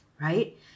right